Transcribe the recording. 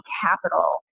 capital